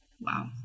Wow